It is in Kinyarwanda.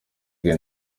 bwe